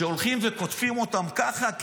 שהולכים וקוטפים אותם ככה,